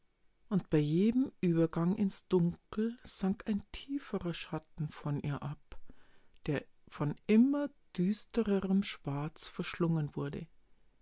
und bei jedem übergang ins dunkel sank ein tieferer schatten von ihr ab der von immer düstererem schwarz verschlungen wurde